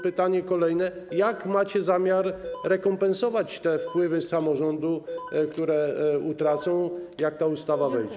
Pytanie kolejne: Jak macie zamiar rekompensować te wpływy samorządów, które one utracą, jak ta ustawa wejdzie?